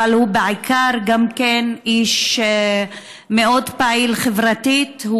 אבל הוא בעיקר גם איש מאוד פעיל חברתית,